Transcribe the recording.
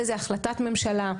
אין לזה החלטת ממשלה,